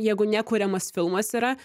jeigu nekuriamas fimas yra